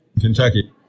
Kentucky